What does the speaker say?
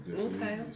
Okay